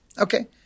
Okay